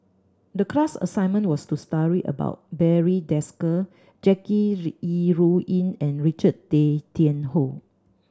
the class assignment was to about Barry Desker Jackie Yi Ru Ying and Richard Tay Tian Hoe